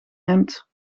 hemd